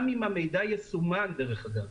גם אם המידע יסומן דרך אגב